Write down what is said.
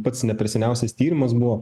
pats ne perseniausias tyrimas buvo